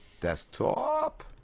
desktop